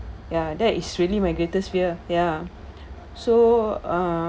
ya that is really my greatest fear ya so uh